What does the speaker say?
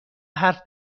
حرف